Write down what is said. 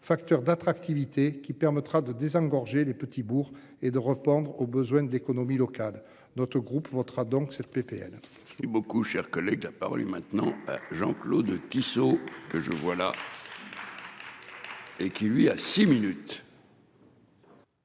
facteur d'attractivité qui permettra de désengorger les petits bourgs et de répondre aux besoins d'économie locale. Notre groupe votera donc cette PPL.